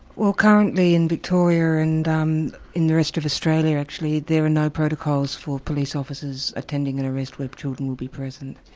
well currently in victoria and um in the rest of australia actually, there are no protocols for police officers attending an arrest where children will be present.